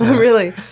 really?